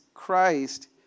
Christ